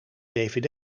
dvd